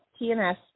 tns